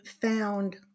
found